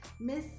miss